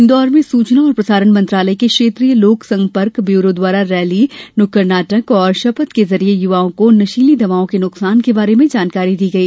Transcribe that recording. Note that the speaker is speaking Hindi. इंदौर में सूचना और प्रसारण मंत्रालय के क्षेत्रीय लोक संपर्क ब्यूरो द्वारा रैली नुक्कड़ नाटक और शपथ के जरिए युवाओं को नशीली दवाओं के नुकसान के बारे में जानकारी दी गई